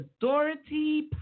Dorothy